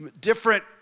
different